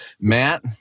Matt